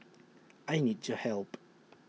I need your help